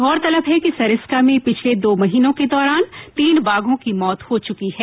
गौरतलब है कि सरिस्का में पिछले दो महीनों के दौरान तीन बाघो की मौत हो चुकी है